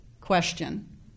question